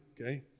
Okay